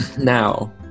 Now